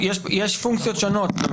יש פונקציות שונות.